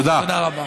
תודה רבה.